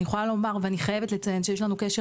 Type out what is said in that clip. אני יכולה לומר ואני חייבת לציין שיש לנו קשר